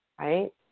right